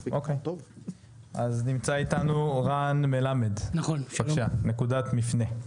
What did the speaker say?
נמצא איתנו רן מלמד, נקודת מפנה.